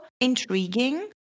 intriguing